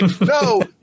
no